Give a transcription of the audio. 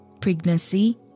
pregnancy